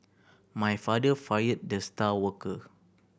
my father fired the star worker